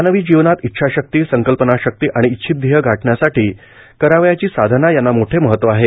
मानवी जीवनात इच्छाशक्ती संकल्पनाशक्ती आणि इच्छीत ध्येय गाठण्यासाठी करावयाची साधना यांना मोठे महत्व आहे